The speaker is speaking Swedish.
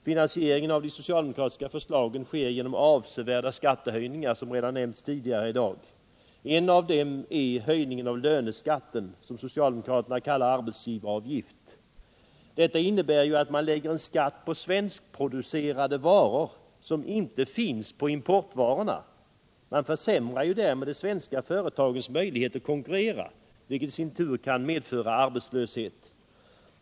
Finansieringen av de socialdemokratiska förslagen sker genom avsevärda skattehöjningar, som nämnts tidigare här i dag. En av dem är höjningen av löneskatten, som socialdemokraterna kallar arbetsgivaravgift, Detta innebär ju att man lägger en skatt på svenskproducerade varor som inte finns på importvarorna. Man försämrar därmed de svenska företagens möjlighet att konkurrera, vilket i sin tur kan medföra arbetslöshet.